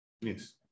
Yes